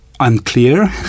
unclear